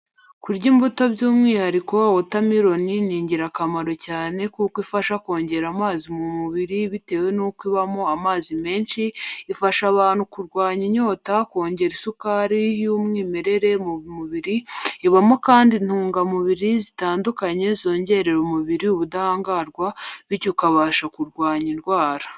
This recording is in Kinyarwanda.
Kurya imbuto by'umwihariko wota meloni ni ingirakamaro cyane kuko ifasha kongera amazi mu mubiri bitewe n'uko ibamo amazi menshi, ifasha abantu kurwanya inyota, kongera isukari y'umwimerere mu mubiri, ibamo kandi intungamubiri zitandukanye zongerera umubiriri ubudahangarwa bityo ukabasha kurwanya indwara.